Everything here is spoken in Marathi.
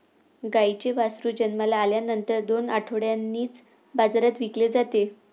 गाईचे वासरू जन्माला आल्यानंतर दोन आठवड्यांनीच बाजारात विकले जाते